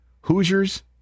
Hoosiers